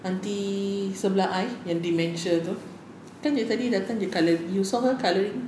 aunty sebelah I yang dementia itu kan dia tadi datang dia colour you saw her colouring